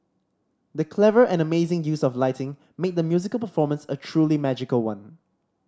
the clever and amazing use of lighting made the musical performance a truly magical one